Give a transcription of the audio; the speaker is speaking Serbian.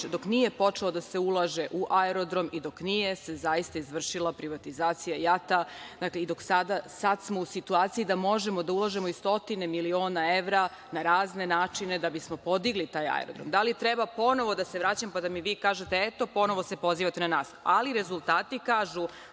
dok nije počelo da se ulaže u aerodrom i dok se nije izvršila privatizacija JAT-a? Sada smo u situaciji da možemo da ulažemo i stotine miliona evra na razne načine da bismo postigli taj aerodrom. Da li treba ponovo da se vraćam, pa da mi vi kažete – eto, ponovo se pozivate na nas. Ali, rezultati kažu